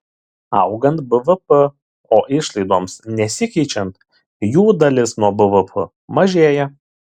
augant bvp o išlaidoms nesikeičiant jų dalis nuo bvp mažėja